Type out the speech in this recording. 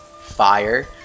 fire